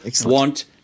want